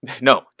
no